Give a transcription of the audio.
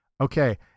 Okay